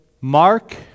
Mark